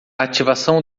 ativação